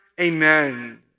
amen